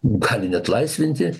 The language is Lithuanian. gali neatlaisvinti